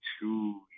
two